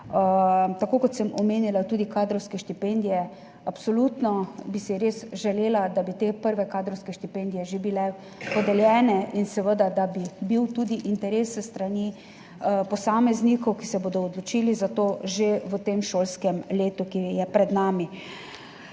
Omenila sem tudi kadrovske štipendije. Absolutno bi si res želela, da bi te prve kadrovske štipendije že bile podeljene in da bi bil tudi interes s strani posameznikov, ki se bodo odločili za to že v tem šolskem letu, ki je pred nami.